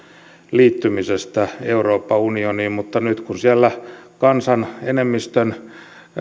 liittymisestä euroopan unioniin mutta nyt kun siellä kansan enemmistön